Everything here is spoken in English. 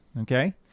Okay